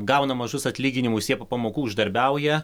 gauna mažus atlyginimus jie po pamokų uždarbiauja